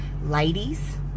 Ladies